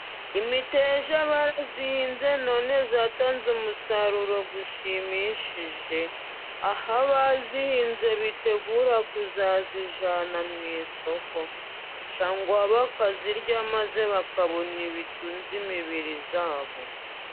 Imiteja barayihinze none yatanze umusaruro ushimishije, aho abayihinze bitegura kuzayijyana mu isoko, cyangwa bakayirya, maze bakabona ibitunze imibiri yabo.